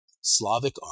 Slavic